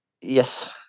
Yes